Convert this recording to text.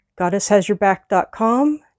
goddesshasyourback.com